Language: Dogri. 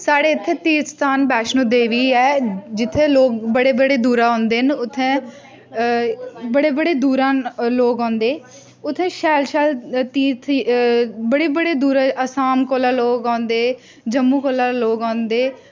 साढ़े इत्थे तीर्थ स्थान बैश्णो देवी ऐ जित्थे लोक बड़े बड़े दूरा औंदे न उत्थें बड़े बड़े दूरा लोक औंदे उत्थें शैल शैल तीर्थ बड़े बड़े दूरा असम कोला लोक औंदे जम्मू कोला लोक औन्दे